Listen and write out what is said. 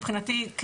מבחינתי,